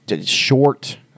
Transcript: short